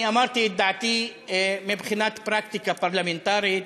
אני אמרתי את דעתי מבחינת פרקטיקה פרלמנטרית,